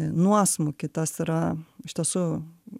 nuosmukį tas yra iš tiesų